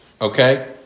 okay